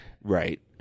Right